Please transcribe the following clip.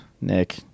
Nick